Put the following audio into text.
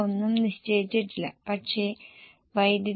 അതിനാൽ variable power cost 1103